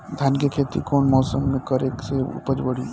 धान के खेती कौन मौसम में करे से उपज बढ़ी?